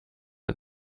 ein